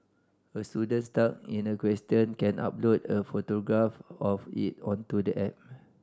a student stuck in a question can upload a photograph of it onto the app